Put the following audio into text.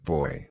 Boy